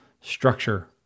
structure